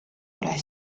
ole